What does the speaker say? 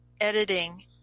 editing